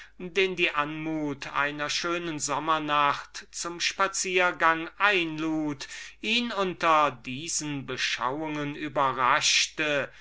den die anmut einer schönen sommer nacht zum spaziergang einlud ihn unter diesen beschauungen überraschte